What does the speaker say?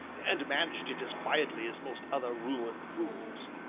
and managed it as quietly as most other ruined fools.